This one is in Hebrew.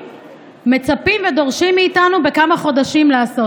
מצפים ודורשים מאיתנו בכמה חודשים לעשות.